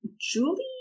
Julie